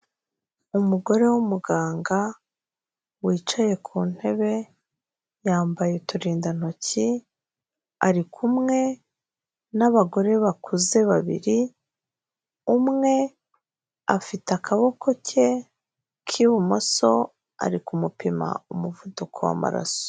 Umugore w'umuganga wicaye ku ntebe yambaye uturindantoki ari kumwe n'abagore bakuze babiri, umwe afite akaboko ke k'ibumoso ari kumupima umuvuduko w'amaraso.